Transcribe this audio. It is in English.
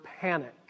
panic